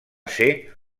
ser